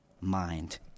mind